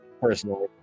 personally